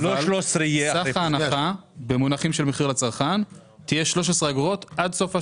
אבל סך ההנחה במונחים של מחיר לצרכן תהיה 13 אגורות עד סוף השנה,